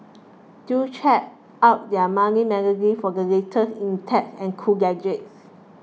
do check out their monthly magazine for the latest in tech and cool gadgets